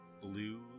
blue